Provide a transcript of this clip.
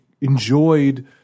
enjoyed